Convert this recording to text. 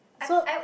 so